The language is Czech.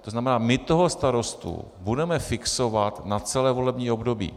To znamená, my toho starostu budeme fixovat na celé volební období.